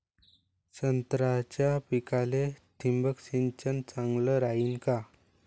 संत्र्याच्या पिकाले थिंबक सिंचन चांगलं रायीन का?